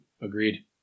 Agreed